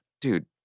Dude